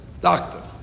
doctor